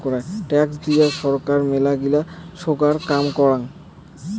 tax দিয়ে ছরকার মেলাগিলা সোগায় কাম করাং